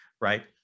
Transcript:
right